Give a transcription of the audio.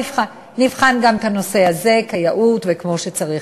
נבחן גם את הנושא הזה כיאות וכמו שצריך.